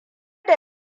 da